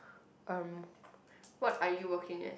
erm what are you working as